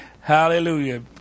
hallelujah